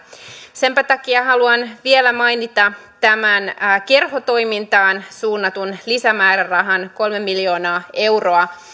senpä takia haluan vielä mainita tämän kerhotoimintaan suunnatun lisämäärärahan kolme miljoonaa euroa